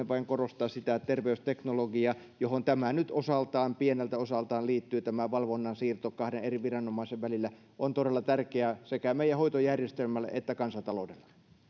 vain korostaa sitä että terveysteknologia johon nyt pieneltä osaltaan liittyy tämä valvonnan siirto kahden eri viranomaisen välillä on todella tärkeää sekä meidän hoitojärjestelmälle että kansantaloudelle